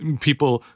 people